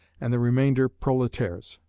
and the remainder proletaires.